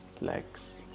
legs